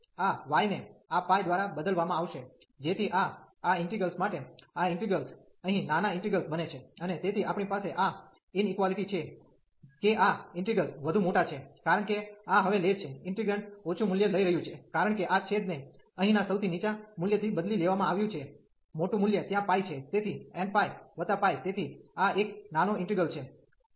તેથી આ y ને આ π દ્વારા બદલવામાં આવશે જેથી આ આ ઇન્ટિગ્રેલ્સ માટે આ ઇન્ટિગ્રેલ્સ અહીં નાના ઇન્ટિગ્રેલ્સ બને છે અને તેથી આપણી પાસે આ ઇનક્વાલીટી છે કે આ ઇન્ટિગ્રલ વધુ મોટો છે કારણ કે આ હવે લે છે ઇન્ટીગ્રેન્ટ ઓછું મૂલ્ય લઈ રહ્યું છે કારણ કે આ છેદ ને અહીંના સૌથી નીચા મૂલ્યથી બદલી દેવામાં આવ્યું છે મોટું મુલ્ય ત્યાં પાઇ છે